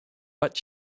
but